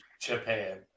Japan